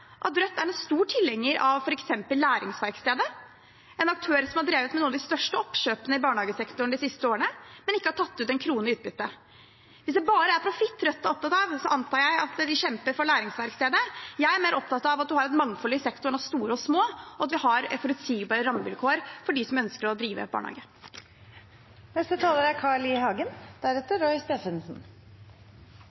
at Rødt er en stor tilhenger av f.eks. Læringsverkstedet, en aktør som har drevet med noen av de største oppkjøpene i barnehagesektoren de siste årene, men ikke tatt ut en krone i utbytte. Hvis det bare er profitt Rødt er opptatt av, antar jeg at de kjemper for Læringsverkstedet. Jeg er mer opptatt av at man har et mangfold i sektoren av store og små, og at vi har forutsigbare rammevilkår for dem som ønsker å drive barnehager. Formann Moxnes snakker om virkelighetens verden. Selv befinner han seg i